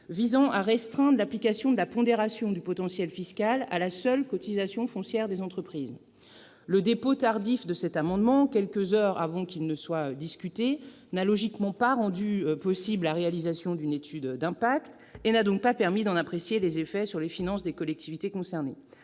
visait à restreindre l'application de la pondération du potentiel fiscal à la seule cotisation foncière des entreprises, la CFE. Le dépôt tardif de cet amendement, quelques heures avant qu'il ne soit discuté, n'a logiquement pas rendu possible la réalisation d'une étude d'impact et n'a donc pas permis d'en apprécier les effets sur les finances des collectivités concernées.